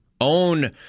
Own